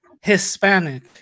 Hispanic